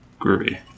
Groovy